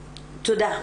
תודה.